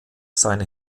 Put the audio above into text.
seine